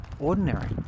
ordinary